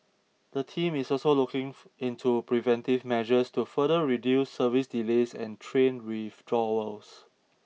the team is also looking into preventive measures to further reduce service delays and train withdrawals